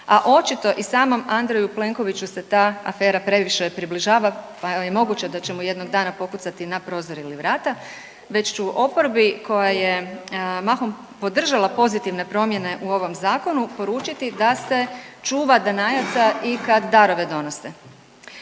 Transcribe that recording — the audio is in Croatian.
a očito i samom Andreju Plenkoviću se ta afera previše približava, pa je moguće da će mu jednog dana pokucati na prozor ili vrata, već ću oporbi koja je mahom podržala pozitivne promjene u ovom zakonu poručiti da se čuva danajaca i kad darove donose.